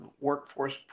workforce